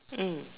mm